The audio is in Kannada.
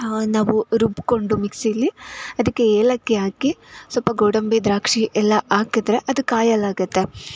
ಹಾಂ ನಾವು ರುಬ್ಕೊಂಡು ಮಿಕ್ಸೀಲಿ ಅದಕ್ಕೆ ಏಲಕ್ಕಿ ಹಾಕಿ ಸೊಲ್ಪ ಗೋಡಂಬಿ ದ್ರಾಕ್ಷಿ ಎಲ್ಲ ಹಾಕಿದ್ರೆ ಅದು ಕಾಯಿಹಾಲು ಆಗುತ್ತೆ